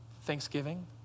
Thanksgiving